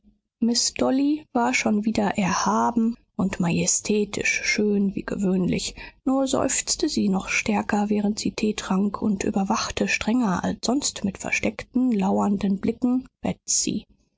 miß dolly war schon wieder erhaben und majestätisch schön wie gewöhnlich nur seufzte sie noch stärker während sie tee trank und überwachte strenger als sonst mit versteckten lauernden blicken betsy